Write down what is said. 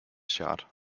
chart